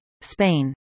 Spain